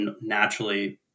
naturally